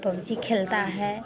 PUBG खेलते हैं